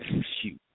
shoot